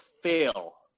fail